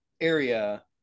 area